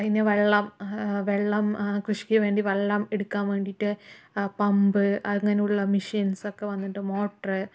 അയിന് വെള്ളം വെള്ളം കൃഷിക്ക് വേണ്ടി വെള്ളം എടുക്കാൻ വേണ്ടിയിട്ട് പമ്പ് അങ്ങനെയുള്ള മിഷൻസ് ഒക്കെ വന്നിട്ടുണ്ട് മോട്ടറ്